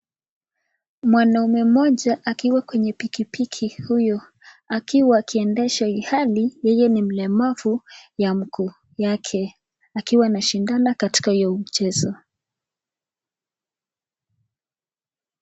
Mwanaume mmoja akiwa kwenye pikipiki huyu akiwa akiendesha ilhali yeye ni mlemavu ya mguu yake akiwa anashindana katika hiyo mchezo.